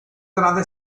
grande